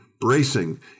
bracing